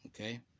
Okay